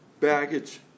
baggage